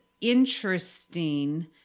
interesting